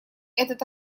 этот